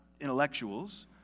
intellectuals